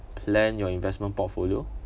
plan your investment portfolio